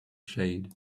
shade